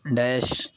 dash